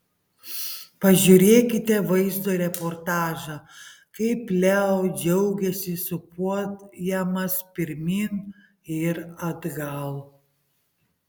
pažiūrėkite vaizdo reportažą kaip leo džiaugiasi sūpuojamas pirmyn ir atgal